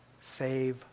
save